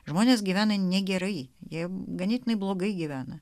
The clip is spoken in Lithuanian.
žmonės gyvena negerai jie ganėtinai blogai gyvena